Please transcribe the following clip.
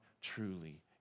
truly